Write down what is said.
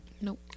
Nope